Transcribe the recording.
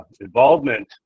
Involvement